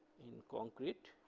in concrete,